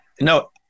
No